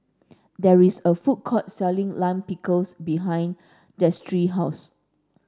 there is a food court selling Lime Pickles behind Destry house